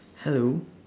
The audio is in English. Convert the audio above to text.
hello